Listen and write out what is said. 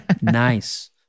Nice